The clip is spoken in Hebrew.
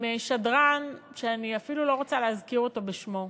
עם שדרן שאני אפילו לא רוצה להזכיר אותו בשמו,